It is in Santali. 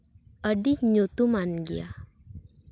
ᱟᱹᱰᱤ ᱧᱩᱛᱩᱢᱟᱱ ᱜᱮᱭᱟ